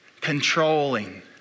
controlling